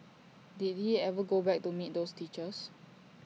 did he ever go back to meet those teachers